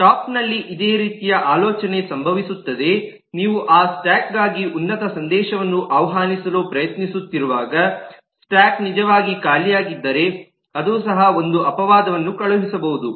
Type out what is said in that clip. top ನಲ್ಲಿ ಇದೇ ರೀತಿಯ ಆಲೋಚನೆ ಸಂಭವಿಸುತ್ತದೆ ನೀವು ಆ ಸ್ಟಾಕ್ ಗಾಗಿ ಉನ್ನತ ಸಂದೇಶವನ್ನು ಆಹ್ವಾನಿಸಲು ಪ್ರಯತ್ನಿಸುತ್ತಿರುವಾಗ ಸ್ಟಾಕ್ ನಿಜವಾಗಿ ಖಾಲಿಯಾಗಿದ್ದರೆ ಅದು ಸಹ ಒಂದು ಅಪವಾದವನ್ನು ಕಳುಹಿಸಬಹುದು